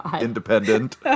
Independent